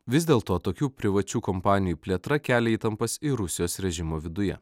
vis dėl to tokių privačių kompanijų plėtra kelia įtampas ir rusijos režimo viduje